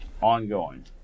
ongoing